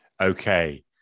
Okay